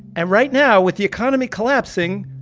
and right now, with the economy collapsing,